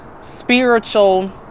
spiritual